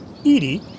Edie